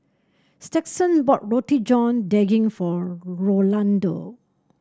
Stetson bought Roti John Daging for Rolando